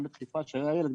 גם בדחיפה של איילת,